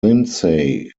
lindsay